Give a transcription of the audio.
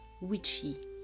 witchy